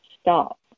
stop